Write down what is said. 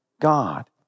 God